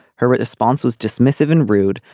her response was dismissive and rude.